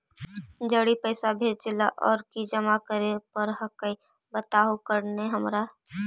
जड़ी पैसा भेजे ला और की जमा करे पर हक्काई बताहु करने हमारा?